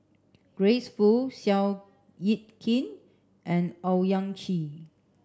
Grace Fu Seow Yit Kin and Owyang Chi